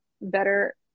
better